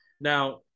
Now